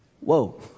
Whoa